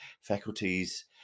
faculties